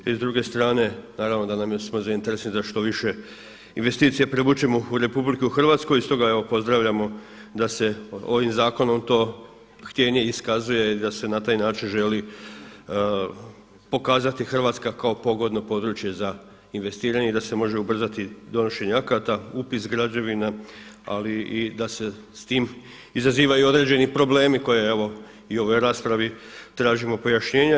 I s druge strane, naravno da smo zainteresirani da što više investicija privučemo u RH i stoga evo pozdravljamo da se ovim zakonom to htijenje iskazuje i da se na taj način želi pokazati Hrvatska kao pogodno područje za investiranje i da se može ubrzati donošenje akata, upis građevina ali i da se s tim izazivaju i određeni problemi koje evo i u ovoj raspravi tražimo pojašnjenja.